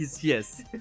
Yes